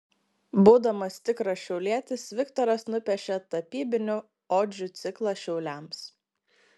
būdamas tikras šiaulietis viktoras nupiešė tapybinių odžių ciklą šiauliams